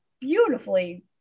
beautifully